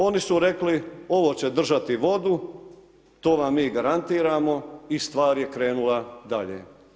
Oni su rekli ovo će držati vodu, to vam mi garantiramo i stvar je krenula dalje.